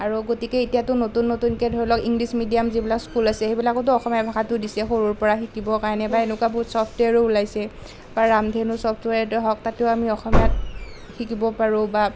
আৰু গতিকে এতিয়াতো নতুন নতুনকে ধৰি লওক ইংলিছ মিডিয়াম যিবিলাক স্কুল আছে সেইবিলাকতো অসমীয়া ভাষাটো দিছে সৰুৰ পৰাই শিকিবৰ কাৰণে বা এনেকুৱা বহুত ছফ্টৱেৰো ওলাইছে বা ৰামধেনু ছফ্টৱেৰটোৱেই হওক তাতো আমি অসমীয়াত শিকিব পাৰোঁ বা